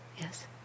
Yes